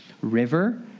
River